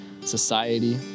society